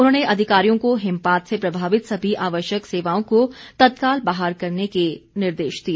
उन्होंने अधिकारियों को हिमपात से प्रभावित सभी आवश्यक सेवाओं को तत्काल बहाल करने के निर्देश दिए